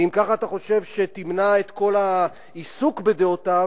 ואם אתה חושב שכך תמנע את כל העיסוק בדעותיו,